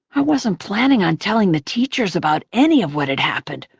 i wasn't planning on telling the teachers about any of what had happened,